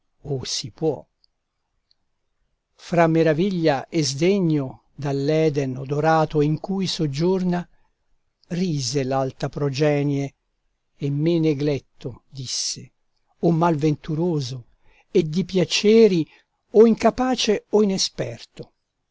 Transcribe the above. o si può fra maraviglia e sdegno dall'eden odorato in cui soggiorna rise l'alta progenie e me negletto disse o mal venturoso e di piaceri o incapace o inesperto